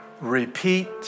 Repeat